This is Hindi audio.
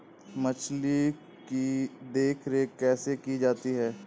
मछली की देखरेख कैसे की जाती है?